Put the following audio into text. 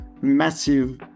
massive